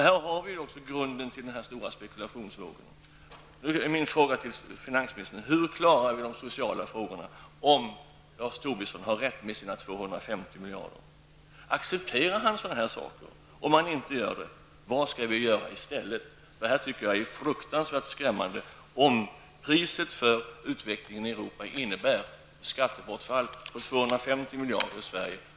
Här har vi grunden till den stora spekulationsvågen. Hur klarar vi de sociala frågorna om Lars Tobisson har rätt när det gäller de 250 miljarderna? Accepterar finansministern sådana här saker? Om inte, vad skall vi då göra? Det är fruktansvärt skrämmande om priset för utvecklingen i Europa innebär ett skattebortfall om 250 miljarder för Sverige.